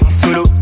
solo